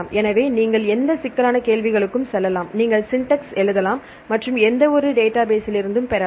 எனவே நீங்கள் எந்த சிக்கலான கேள்விகளுக்கும் செல்லலாம் நீங்கள் சின்டஸ் எழுதலாம் மற்றும் எந்தவொரு உறவு டேட்டாபேஸ்லிருந்தும் பெறலாம்